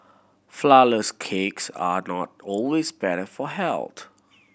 flourless cakes are not always better for health